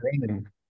running